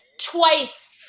twice